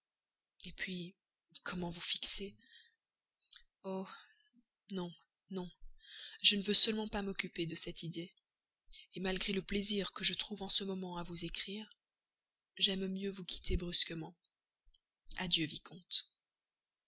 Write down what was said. pas puis comment vous fixer oh non non je ne veux seulement pas m'occuper de cette idée malgré le plaisir que je trouve en ce moment à vous écrire j'aime mieux vous quitter brusquement adieu vicomte